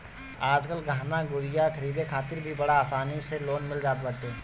आजकल गहना गुरिया खरीदे खातिर भी बड़ा आसानी से लोन मिल जात बाटे